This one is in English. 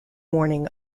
morning